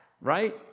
right